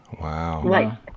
Wow